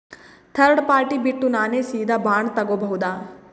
Third party ಬಿಟ್ಟು ನಾನೇ ಸೀದಾ ಬಾಂಡ್ ತೋಗೊಭೌದಾ?